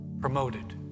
promoted